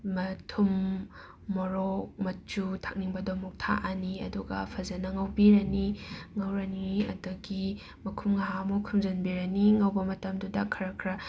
ꯃ ꯊꯨꯝ ꯃꯣꯔꯣꯛ ꯃꯆꯨ ꯊꯥꯛꯅꯤꯡꯕꯗꯣ ꯑꯃꯨꯛ ꯊꯥꯛꯑꯅꯤ ꯑꯗꯨꯒ ꯐꯖꯅ ꯉꯧꯕꯤꯔꯅꯤ ꯉꯧꯔꯅꯤ ꯑꯗꯒꯤ ꯃꯈꯨꯝ ꯉꯍꯥꯛ ꯑꯃꯨꯛ ꯈꯨꯝꯖꯟꯕꯤꯔꯅꯤ ꯉꯧꯕ ꯃꯇꯝꯗꯨꯗ ꯈꯔ ꯈꯔ